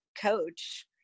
coach